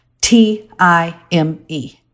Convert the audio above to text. T-I-M-E